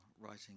writing